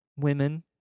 women